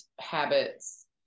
habits